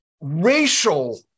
racial